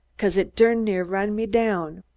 cause it durn near run me down.